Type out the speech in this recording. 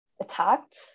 attacked